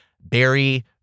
Barry